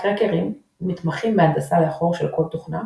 הקראקרים מתמחים בהנדסה לאחור של קוד תוכנה,